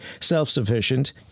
self-sufficient